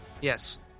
Yes